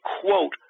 quote